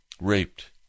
raped